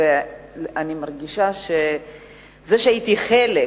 ואני מרגישה שזה שהייתי חלק